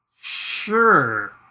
sure